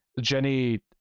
Jenny